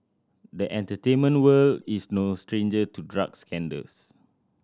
the entertainment world is no stranger to drug scandals